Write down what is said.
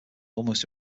almost